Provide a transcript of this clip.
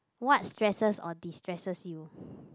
what stresses or destresses you